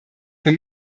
für